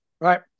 Right